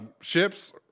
ships